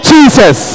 Jesus